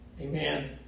Amen